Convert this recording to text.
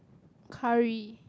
curry